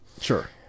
Sure